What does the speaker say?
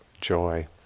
joy